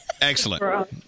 Excellent